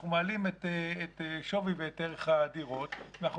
אנחנו מעלים את שווי ואת ערך הדירות ואנחנו